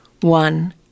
One